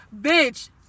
bitch